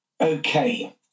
Okay